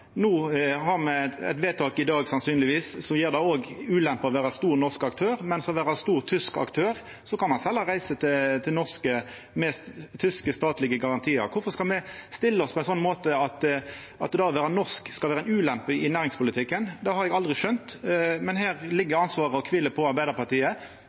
No får me – sannsynlegvis – eit vedtak i dag som òg gjer det til ei ulempe å vera stor norsk aktør, men er ein stor tysk aktør, kan ein selja reiser til nordmenn med tyske statlege garantiar. Kvifor skal me stilla oss på ein sånn måte at det å vera norsk skal vera ei ulempe i næringspolitikken? Det har eg aldri skjønt. Her ligg ansvaret og kviler på Arbeidarpartiet.